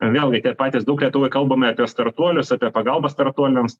vėlgi tiek patys daug lietuvoj kalbame apie startuolius apie pagalbą startuoliams